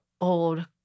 old